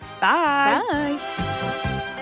bye